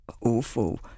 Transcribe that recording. awful